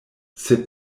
sed